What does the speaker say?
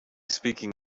speaking